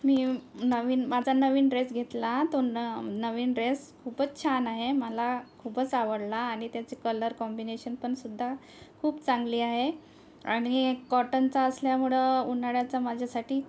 meow नवीन माझा नवीन ड्रेस घेतला तो न नवीन ड्रेस खूपच छान आहे मला खूपच आवडला आणि त्याचे कलर काँबिनेशन पण सुद्धा खूप चांगली आहे आणि कॉटनचा असल्यामुळं उन्हाळ्याचं माझ्यासाठी